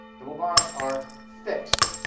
double bonds are fixed,